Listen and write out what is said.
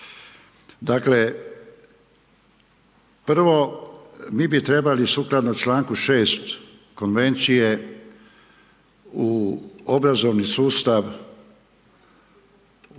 Dakle, prvo, mi bi trebali sukladno čl. 6. konvencije u obrazovni sustav uključiti